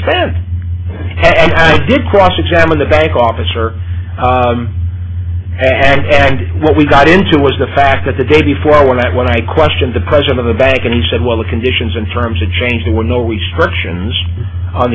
spent and did cross examine the bank officer and and what we got into was the fact that the day before when i when i questioned the president of the bank and he said well the conditions in terms of change there were no restrictions on